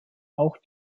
auch